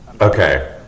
Okay